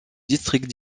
district